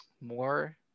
more